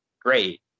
great